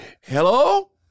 Hello